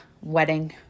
wedding